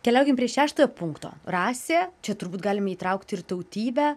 keliaukim prie šeštojo punkto rasė čia turbūt galime įtraukti ir tautybę